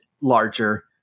larger